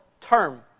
term